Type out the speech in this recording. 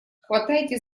хватайте